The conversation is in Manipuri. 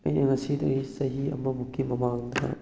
ꯑꯩꯅ ꯉꯁꯤꯗꯒꯤ ꯆꯍꯤ ꯑꯃꯃꯨꯛꯀꯤ ꯃꯃꯥꯡꯗ